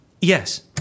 Yes